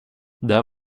det